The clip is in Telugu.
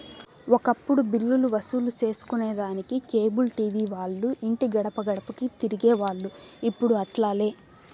ఒకప్పుడు బిల్లులు వసూలు సేసుకొనేదానికి కేబుల్ టీవీ వాల్లు ఇంటి గడపగడపకీ తిరిగేవోల్లు, ఇప్పుడు అట్లాలే